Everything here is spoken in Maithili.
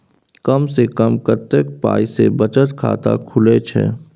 कम से कम कत्ते पाई सं बचत खाता खुले छै?